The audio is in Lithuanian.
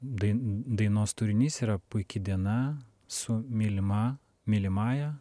dain dainos turinys yra puiki diena su mylima mylimąja